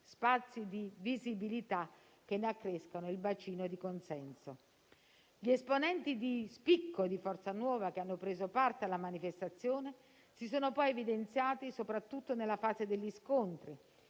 spazi di visibilità che ne accrescono il bacino di consenso. Gli esponenti di spicco di Forza Nuova che hanno preso parte alla manifestazione si sono poi evidenziati soprattutto nella fase degli scontri